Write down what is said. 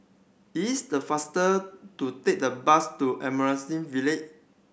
it's the faster to take the bus to Ville